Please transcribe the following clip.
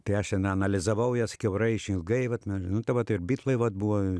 tai aš ten analizavau jas kiaurai išilgai vat nu tai vat ir bitlai vat buvo